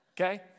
okay